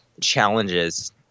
challenges